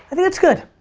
that's good.